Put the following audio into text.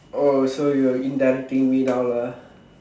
oh so you are indirecting me now lah